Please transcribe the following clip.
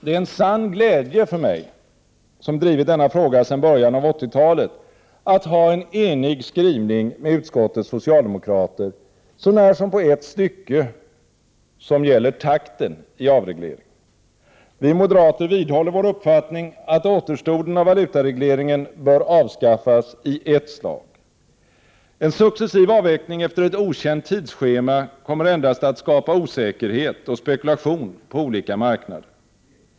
Det är en sann glädje för mig, som drivit denna fråga sedan början av 1980-talet, att ha en enig skrivning med utskottets socialdemokrater så när som på ett stycke som gäller takten i avregleringen. Vi moderater vidhåller vår uppfattning att återstoden av valutaregleringen bör avskaffas i ett slag. En successiv avveckling efter ett okänt tidsschema kommer endast att skapa osäkerhet och spekulation på olika marknader.